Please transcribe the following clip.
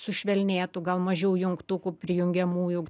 sušvelnėtų gal mažiau jungtukų prijungiamųjų